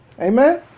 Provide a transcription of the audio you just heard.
Amen